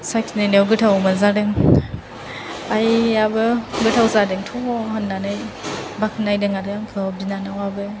साखिनायनायाव गोथाव मोनजादों आइयाबो गोथाव जादोंथ' होन्नानै बाखनायदों आरो आंखौ बिनानावाबो